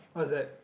what's that